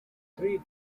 three